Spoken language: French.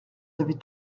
avaient